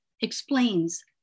explains